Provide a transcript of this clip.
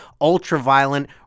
Ultraviolent